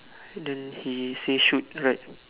then he say shoot right